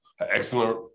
excellent